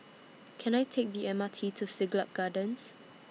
Can I Take The M R T to Siglap Gardens